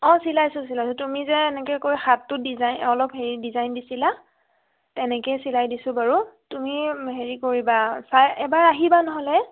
অঁ চিলাইছোঁ চিলাইছোঁ তুমিযে এনেকৈ কৈ হাতটো ডিজাইন অলপ হেৰি ডিজাইন দিছিলা তেনেকৈয়ে চিলাই দিছোঁ বাৰু তুমি হেৰি কৰিবা চাই এবাৰ আহিবা নহ'লে